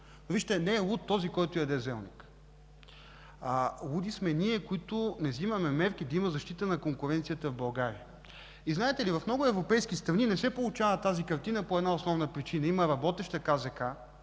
икономиката. Не е луд този, който яде зелника. Луди сме ние, които не вземаме мерки да има защита на конкуренцията в България. В много европейски страни не се получава тази картина по една основна причина – има работеща КЗК,